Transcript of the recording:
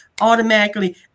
automatically